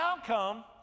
outcome